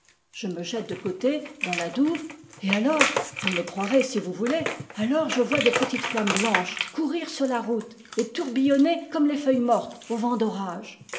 je me jette de côté dans la douve et alors vous me croirez si vous voulez alors je vois de petites flammes blanches courir sur la route et tourbillon ner comme les feuilles mortes au vent